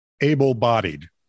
able-bodied